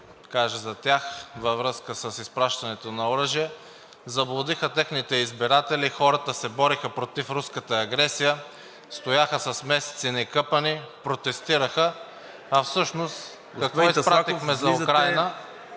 кажа за тях във връзка с изпращането на оръжие. Заблудиха техните избиратели – хората се бореха против руската агресия, стояха с месеци некъпани, протестираха, а всъщност какво изпратихме